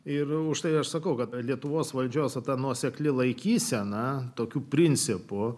ir užtai aš sakau kad lietuvos valdžios nuosekli laikysena tokiu principu